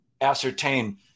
ascertain